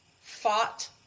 fought